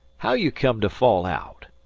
how you come to fall out?